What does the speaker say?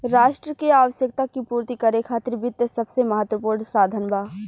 राष्ट्र के आवश्यकता के पूर्ति करे खातिर वित्त सबसे महत्वपूर्ण साधन बा